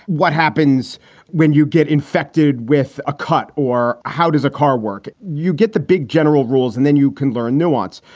what happens when you get infected with a cut or how does a car work? you get the big general rules and then you can learn nuance.